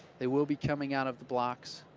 they will be coming out of blocks.